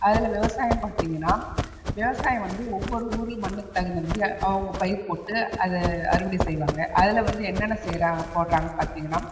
அதில் விவசாயம் பார்த்தீங்கன்னா விவசாயம் வந்து ஒவ்வொரு ஊர் மண்ணுக்குத் தகுந்தமாதிரி அவங்க பயிர் போட்டு அதை அறுவடை செய்வாங்க அதில் வந்து என்னென்ன செய்யுறாங்க போடுறாங்க பார்த்தீங்கன்னா